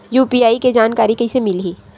UPI के जानकारी कइसे मिलही?